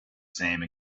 same